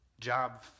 job